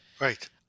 Right